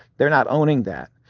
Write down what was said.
they're not owning that.